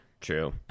True